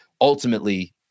ultimately